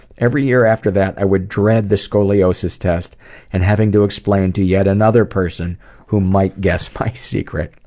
every year after that i would dread the scoliosis test and having to explain to yet another person who might guess my scret.